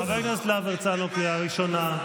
חבר הכנסת להב הרצנו, קריאה ראשונה.